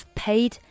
paid